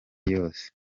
yose